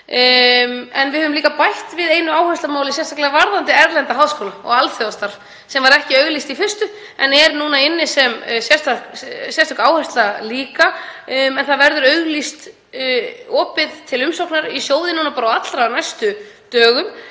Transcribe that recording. En við höfum líka bætt við einu áherslumáli sérstaklega varðandi erlenda háskóla og alþjóðastarf sem var ekki auglýst í fyrstu en er nú inni sem sérstök áhersla. Það verður auglýst opið til umsóknar í sjóðinn á allra næstu dögum.